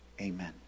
Amen